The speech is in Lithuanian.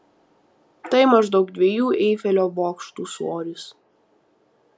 tai maždaug dviejų eifelio bokštų svoris